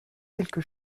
quelque